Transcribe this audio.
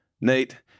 Nate